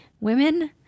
women